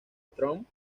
trump